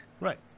right